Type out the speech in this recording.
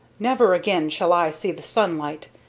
never again shall i see the sunlight,